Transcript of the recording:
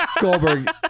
Goldberg